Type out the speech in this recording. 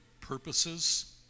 purposes